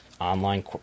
online